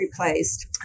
replaced